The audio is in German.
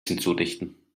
hinzudichten